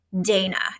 Dana